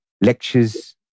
lectures